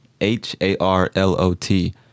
H-A-R-L-O-T